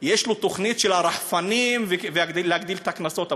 יש לו תוכנית של רחפנים והגדלת הקנסות,